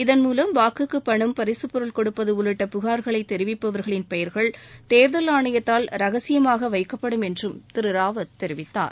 இதன்மூலம் வாக்குக்குப்பணம் பரிகப் பொருள் கொடுப்பது உள்ளிட்ட புகார்களை தெரிவிப்பவர்களின் பெயர்கள் தேர்தல் ஆணையத்தால் ரகசியமாக வைக்கப்படும் என்றும் திரு ராவத் தெரிவித்தார்